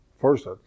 First